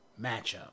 matchup